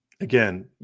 Again